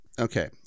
Okay